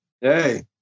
Hey